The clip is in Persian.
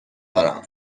دارم